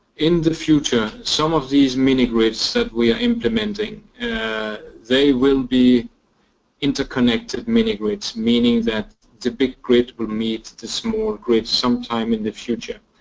in the future some of these mini-grids that we are implementing they will be interconnected mini-grids, meaning that the big grid will meet the small grid sometime in the future.